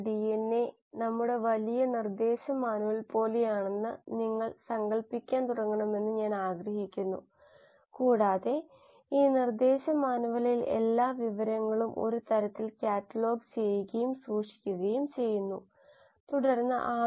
ബയോറിയാക്ടറിനുള്ളിലെ യഥാർത്ഥ വ്യവസായ ശാലകൾ ബയോറിയാക്റ്റർ മികച്ച രീതിയിൽ പ്രവർത്തിക്കുന്നതിന് സാധാരണ അളക്കുകയും നിയന്ത്രിക്കുകയും ചെയ്യുന്ന വേരിയബിളുകൾ